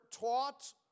taught